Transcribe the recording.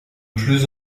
plus